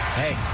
hey